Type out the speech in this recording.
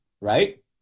right